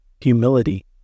humility